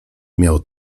miał